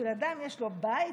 שלאדם יש בית,